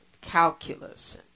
calculus